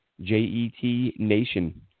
J-E-T-NATION